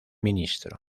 ministro